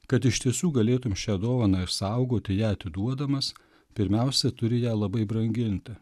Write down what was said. kad iš tiesų galėtum šią dovaną išsaugoti ją atiduodamas pirmiausia turi ją labai branginti